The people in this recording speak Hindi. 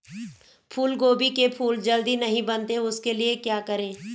फूलगोभी के फूल जल्दी नहीं बनते उसके लिए क्या करें?